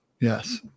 Yes